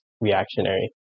reactionary